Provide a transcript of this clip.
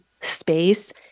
space